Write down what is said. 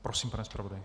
Prosím, pane zpravodaji.